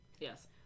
Yes